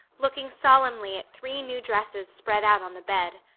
looking solemnly at three new dresses spread out on the bed.